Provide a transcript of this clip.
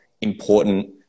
important